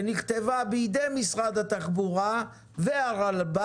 שנכתבה בידי משרד התחבורה והרלב"ד,